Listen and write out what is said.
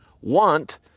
want